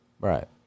Right